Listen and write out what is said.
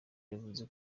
yavuze